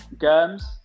germs